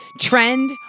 trend